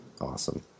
awesome